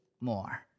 more